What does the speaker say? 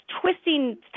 twisting